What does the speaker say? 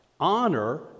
honor